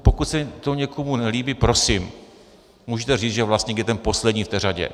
Pokud se to někomu nelíbí, prosím, můžete říct, že vlastník je ten poslední v řadě.